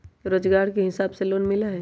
रोजगार के हिसाब से लोन मिलहई?